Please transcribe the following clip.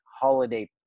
holiday